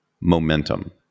momentum